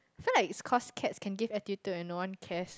so like cause cats can give attitude and no one cares